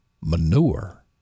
manure